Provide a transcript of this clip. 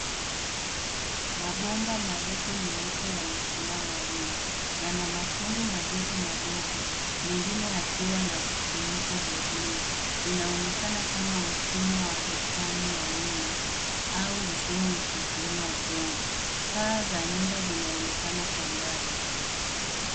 Mabomba marefu meupe yamesimama wima. Yana matundu madogo madogo, mengine yakiwa na vifuniko vya bluu. Inaonekana kama mfumo wa bustani ya wima au mfumo usiotumia udongo. Paa za nyumba zinaonekana kwa mbali.